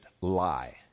lie